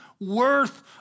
worth